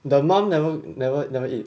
the mom never never never eat